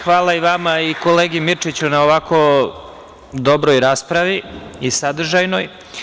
Hvala vama i kolegi Mirčiću na ovako dobroj raspravi i sadržanoj.